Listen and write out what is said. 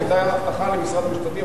זו היתה הבטחה למשרד המשפטים,